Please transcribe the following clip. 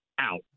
out